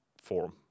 forum